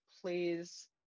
please